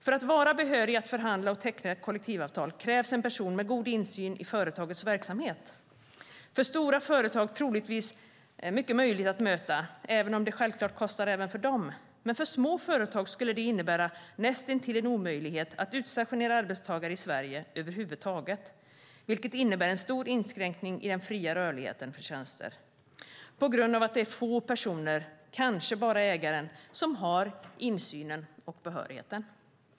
För att en person ska vara behörig att förhandla och teckna kollektivavtal krävs god insyn i företagets verksamhet. För stora företag är det troligtvis möjligt, även om det självklart kostar även för dem. Men för små företag skulle det innebära en näst intill omöjlighet att utstationera arbetstagare i Sverige över huvud taget, vilket innebär en stor inskränkning i den fria rörligheten för tjänster på grund av att det är få personer, kanske bara ägaren, som har insynen och behörigheten.